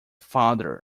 father